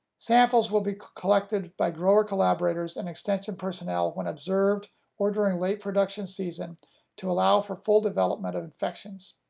samples will be collected by grower-collaborators and extension personnel when observed or during late production season to allow for full development of infections.